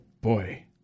boy